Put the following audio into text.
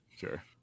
sure